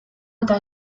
eta